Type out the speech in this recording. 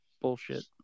Bullshit